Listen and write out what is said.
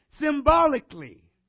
symbolically